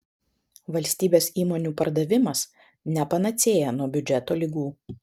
valstybės įmonių pardavimas ne panacėja nuo biudžeto ligų